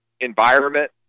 environment